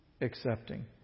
accepting